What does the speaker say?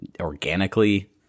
organically